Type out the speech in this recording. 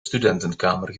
studentenkamer